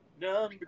Number